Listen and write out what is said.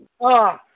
ꯑꯥ